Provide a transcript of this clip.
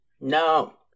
No